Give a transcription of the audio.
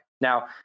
Now